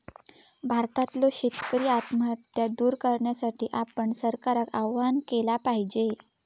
भारतातल्यो शेतकरी आत्महत्या दूर करण्यासाठी आपण सरकारका आवाहन केला पाहिजे